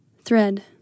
Thread